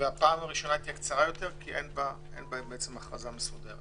והפעם הראשונה תהיה קצרה ויתר כי אין בה בעצם הכרזה מסודרת.